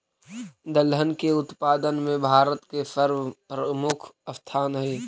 दलहन के उत्पादन में भारत के सर्वप्रमुख स्थान हइ